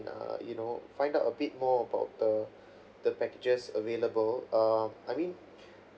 err you know find out a bit more about the the packages available err I mean